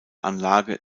anlage